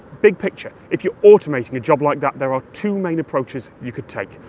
big-picture, if you're automating a job like that, there are two main approaches you could take.